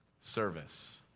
Service